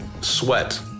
sweat